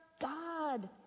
God